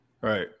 Right